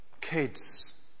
Kids